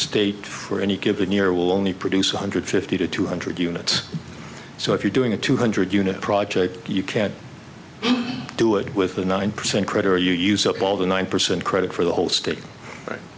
state for any given year will only produce one hundred fifty to two hundred units so if you're doing a two hundred unit project you can do it with a nine percent credit or you use up all the nine percent credit for the whole state